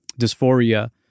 dysphoria